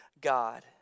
God